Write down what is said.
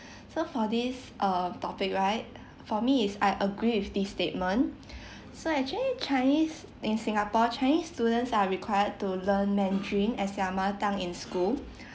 so for this uh topic right for me is I agree with this statement so actually chinese in singapore chinese students are required to learn mandarin as their mother tongue in school